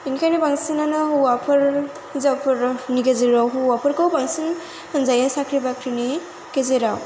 बेनिखायनो बांसिनानो हौवाफोर हिनजावफोरनि गेजेराव हौवाफोरखौ बांसिन होनजायो साख्रि बाख्रिनि गेजेराव